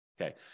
Okay